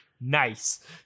Nice